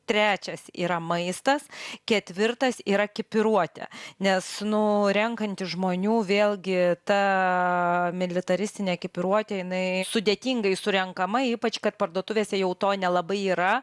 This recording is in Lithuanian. trečias yra maistas ketvirtas yra kipiruotė nes nu renkant iš žmonių vėlgi ta militaristinė kipuotė jinai sudėtingai surenkama ypač kad parduotuvėse jau to nelabai yra